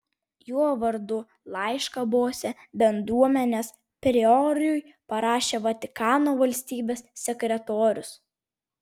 jo vardu laišką bose bendruomenės priorui parašė vatikano valstybės sekretorius